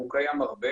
והוא קיים הרבה,